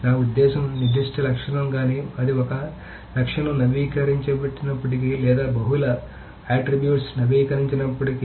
నా ఉద్దేశ్యం నిర్దిష్ట లక్షణం గాని అది ఒక లక్షణం నవీకరించబడినప్పటికీ లేదా బహుళ ఆట్రిబ్యూట్స్ నవీకరించబడినప్పటికీ